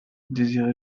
désirez